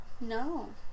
no